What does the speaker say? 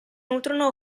nutrono